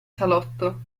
salotto